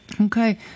okay